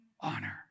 honor